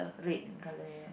red in colour ya